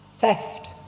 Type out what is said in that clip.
theft